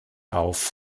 auf